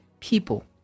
People